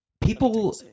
people